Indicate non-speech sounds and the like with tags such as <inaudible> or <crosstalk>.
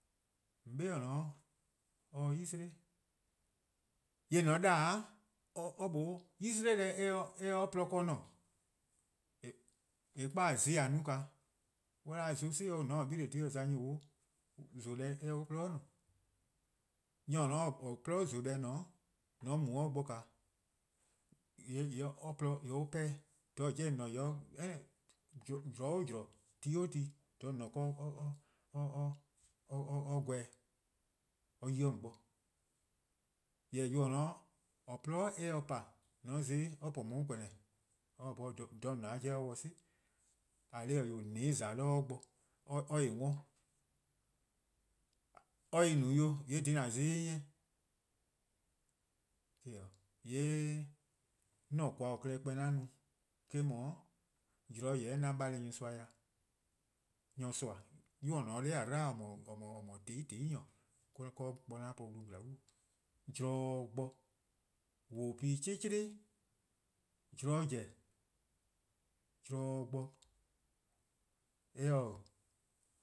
:On 'be :dao' or sei' 'sleh, :yee' :mor :on 'da-a 'o, <hesitation> or :mlor 'yi 'sleh deh <hesitation> eh se 'o porluh ken :ne. <hesitation> :eh 'kpa zon+ :a no-a :naa, :mor on 'da zon 'si-' dih 'o :mor :on taa 'beleh: dhih za, nyor+ nor zon deh se 'o on :porluh ken :ne. Nyor :or koan-a 'o :porluh ;en zon deh :ne-a :mor :on mu 'de or bo <hesitation> :yee' or :porluh, on 'pehn-dih, dha-a 'jeh :on :ne-a <hesitation> zorn 'o zorn, ti 'o ti, 'do :dha :on :ne-a <hesitation> 'de or gweh-dih or yi :on bo. Jorwor: :yor :or :ne-a 'o :or :korn :gwlii' eh se-a pa :mor :o n za-ih :yee' or po on :kornneh, or :se <hesitation> bhorn :dha :on :ne-a 'jeh or 'ye 'o dih 'si. :eh :korn dhih-eh 'wee', :on ne-' :za 'de or bo or ne 'worn. Or se-eh no 'i, :yee' dhih :an za-ih :eh, eh 'o. :yee' 'an :koan: :or :korn-a klehkpeh 'an no-a eh :mor, :mor zorn zen 'an bale nyorsoa dih, nyorsoa, 'yu :or :ne-a 'nor :a 'dlu <hesitation> :or 'dhu-a :tehn 'i :tehn'i nyor, <hesitation> 'de or b 'de 'an po wlu glaa'on, zorn bo, :woopi'chih'chih'lih :mor zorn zen, :mor eh ta s